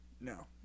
no